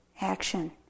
action